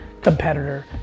competitor